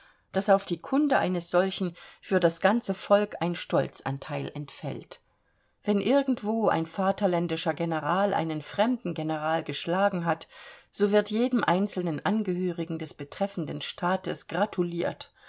daß auf die kunde eines solchen für das ganze volk ein stolzanteil entfällt wenn irgendwo ein vaterländischer general einen fremden general geschlagen hat so wird jedem einzelnen angehörigen des betreffenden staates gratuliert